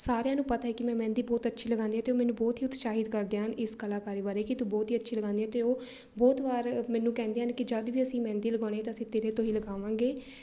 ਸਾਰਿਆਂ ਨੂੰ ਪਤਾ ਹੈ ਕਿ ਮੈਂ ਮਹਿੰਦੀ ਬਹੁਤ ਅੱਛੀ ਲਗਾਉਂਦੀ ਹੈ ਅਤੇ ਉਹ ਮੈਨੂੰ ਬਹੁਤ ਹੀ ਉਤਸ਼ਾਹਿਤ ਕਰਦੇ ਹਨ ਇਸ ਕਲਾਕਾਰੀ ਬਾਰੇ ਕਿ ਤੂੰ ਬਹੁਤ ਹੀ ਅੱਛੀ ਲਗਾਉਂਦੀ ਹੈ ਅਤੇ ਉਹ ਬਹੁਤ ਵਾਰ ਮੈਨੂੰ ਕਹਿੰਦੀਆਂ ਨੇ ਕਿ ਜਦ ਵੀ ਅਸੀਂ ਮਹਿੰਦੀ ਲਗਾਉਣੀ ਤਾਂ ਅਸੀਂ ਤੇਰੇ ਤੋਂ ਹੀ ਲਗਾਵਾਂਗੇ